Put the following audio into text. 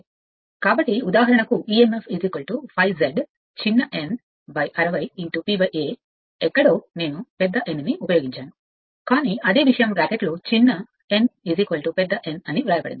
కాబట్టి ఉదాహరణకు emf ∅ Z చిన్న n 60 P A ఎక్కడో నేను N ను ఉపయోగించాను కాని అదే విషయం బ్రాకెట్లో చిన్న n N అని వ్రాయబడింది